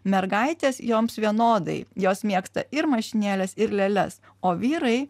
mergaitės joms vienodai jos mėgsta ir mašinėles ir lėles o vyrai